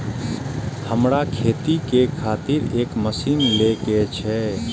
हमरा खेती के खातिर एक मशीन ले के छे?